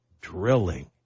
drilling